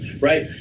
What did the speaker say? right